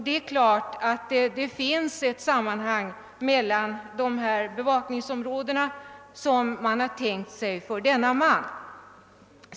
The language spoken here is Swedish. Det är klart att det finns ett samband mellan de här bevakningsområdena som man har tänkt sig för denne man.